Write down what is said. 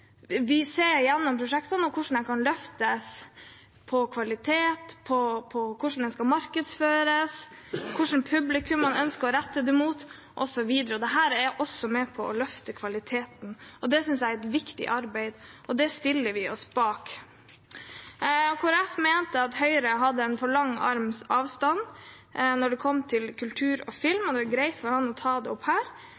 vi vite hvordan de ønsker å gjøre det, og da går de inn i de enkelte prosjektene og viser hvordan de kan løftes på kvalitet, hvordan de skal markedsføres, hva slags publikum man ønsker å rette det mot, osv. Dette er også med på å løfte kvaliteten. Det synes jeg er et viktig arbeid, og det stiller vi oss bak. Kristelig Folkeparti mente at Høyre hadde en for lang arms avstand når det kom til kultur og